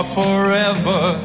forever